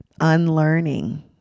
unlearning